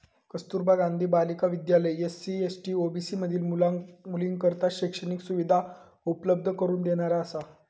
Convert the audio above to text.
कस्तुरबा गांधी बालिका विद्यालय SC, ST, OBC मधील मुलींकरता शैक्षणिक सुविधा उपलब्ध करून देणारा असा